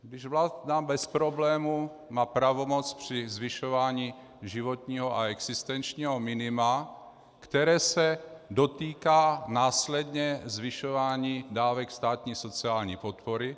Když vláda bez problému má pravomoc při zvyšování životního a existenčního minima, které se dotýká následně zvyšování dávek státní sociální podpory.